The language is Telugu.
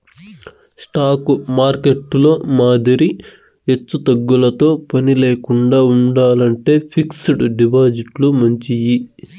స్టాకు మార్కెట్టులో మాదిరి ఎచ్చుతగ్గులతో పనిలేకండా ఉండాలంటే ఫిక్స్డ్ డిపాజిట్లు మంచియి